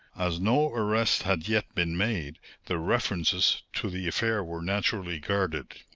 as no arrest had yet been made the references to the affair were naturally guarded.